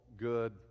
Good